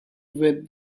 with